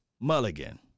Mulligan